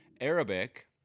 arabic